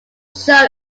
show